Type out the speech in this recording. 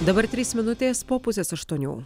dabar trys minutės po pusės aštuonių